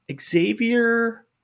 Xavier